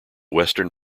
western